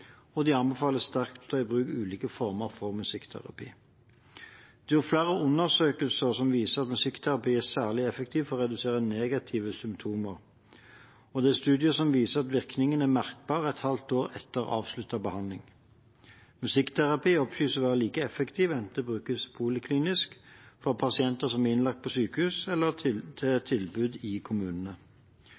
og de anbefaler sterkt å ta i bruk ulike former for musikkterapi. Det er gjort flere undersøkelser som viser at musikkterapi er særlig effektivt for å redusere negative symptomer, og det er studier som viser at virkningen er merkbar et halvt år etter avsluttet behandling. Musikkterapi oppgis å være like effektivt enten det brukes poliklinisk, for pasienter som er innlagt på sykehus, eller som tilbud til pasienter i kommunene.